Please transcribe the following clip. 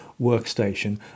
workstation